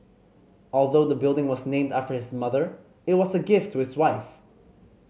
although the building was named after his mother it was a gift to his wife